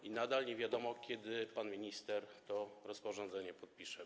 I nadal nie wiadomo, kiedy pan minister to rozporządzenie podpisze.